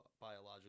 biological